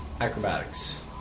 Acrobatics